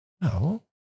no